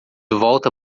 volta